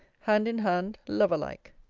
hand-in-hand, lover-like.